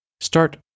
Start